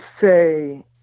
say